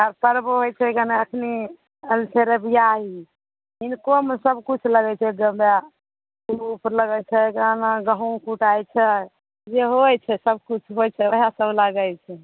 आर करबो होइ छैगन अखनी अलसरे बियाही हिनकोमे सभकिछु लगै छै जाहिमे लगै छैगन गहूॅंम कुटाइ छै जे होइ छै सभकिछु होइ छै ओहै सभ लागै छै